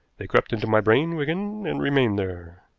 they crept into my brain, wigan, and remained there.